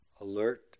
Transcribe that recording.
alert